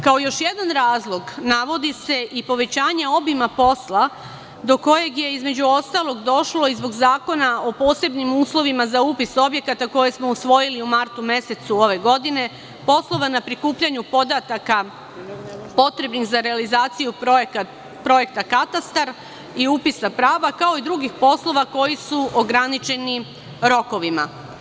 Kao još jedan razlog navodi se povećanje obima posla, do kojeg je, između ostalog, došlo i zbog Zakona o posebnim uslovima za upis objekata, koji smo usvojili u martu mesecu ove godine, poslova na prikupljanju podataka potrebnih za realizaciju projekta katastar i upisa prava, kao i drugih poslova koji su ograničeni rokovima.